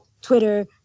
twitter